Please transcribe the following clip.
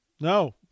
No